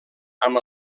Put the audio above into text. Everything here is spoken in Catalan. amb